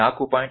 ನೀವು 4